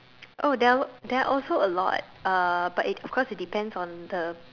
oh there are there are also a lot uh but it of course it depends on the